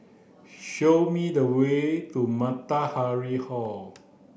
show me the way to Matahari Hall